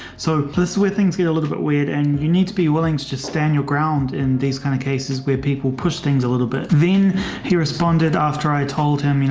so plus where things get a little bit weird and you need to be willing to stand your ground in these kind of cases where people push things a little bit. then he responded after i told him,